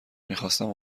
میخواستم